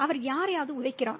அவர் யாரையாவது உதைக்கிறார்